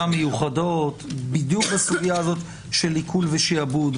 מיוחדות בדיוק בסוגיה הזאת של עיקול ושעבוד,